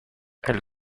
elle